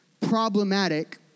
problematic